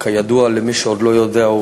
כידוע למי שעוד לא יודע,